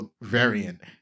Variant